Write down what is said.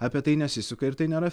apie tai nesisuka ir tai nėra